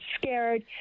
scared